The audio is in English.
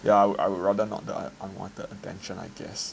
ya I would I would rather not the unwanted attention I guess